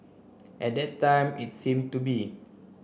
at that time it seem to be